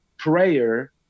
prayer